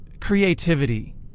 creativity